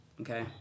Okay